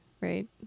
right